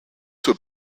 would